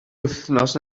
wythnos